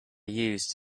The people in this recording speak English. used